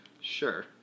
sure